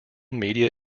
media